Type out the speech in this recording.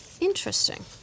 Interesting